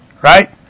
Right